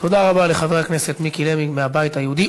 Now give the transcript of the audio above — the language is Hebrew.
תודה רבה לחבר הכנסת מיקי לוי מהבית היהודי,